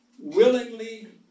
willingly